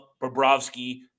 Bobrovsky